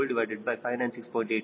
9 W5W4e 0